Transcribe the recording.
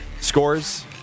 Scores